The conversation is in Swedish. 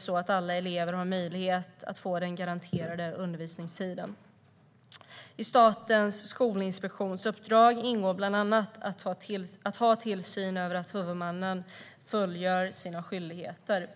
så att alla elever har möjlighet att få den garanterade undervisningstiden. I Statens skolinspektions uppdrag ingår bland annat att ha tillsyn över att huvudmännen fullgör sina skyldigheter.